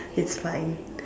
it's fine